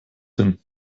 hin